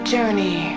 Journey